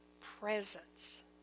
presence